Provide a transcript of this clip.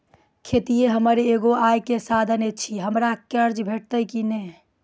खेतीये हमर एगो आय के साधन ऐछि, हमरा कर्ज भेटतै कि नै?